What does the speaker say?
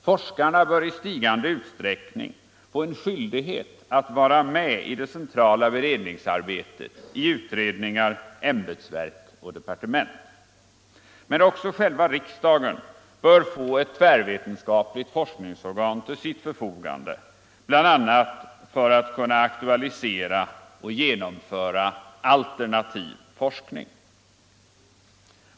Forskarna bör i stigande utsträckning få en skyldighet att vara med i det centrala beredningsarbetet —-i utredningar, ämbetsverk och departement. Men också själva riksdagen bör få ett tvärvetenskapligt forskningsorgan till sitt förfogande bl.a. för att kunna aktualisera och genomföra alternativ forskning.